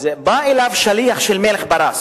בא אליו שליח של מלך פרס,